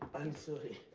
i'm sorry.